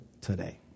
today